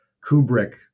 Kubrick